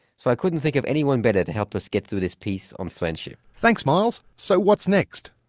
so i couldn't think of anyone better to help us get through this piece on friendship. thanks miles. so what's next?